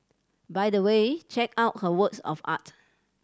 by the way check out her works of art